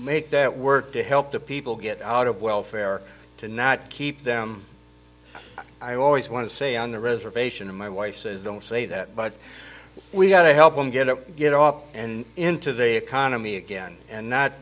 make that work to help people get out of welfare to not keep them i always want to say on the reservation and my wife says don't say that but we've got to help them get up get up and into the economy again and not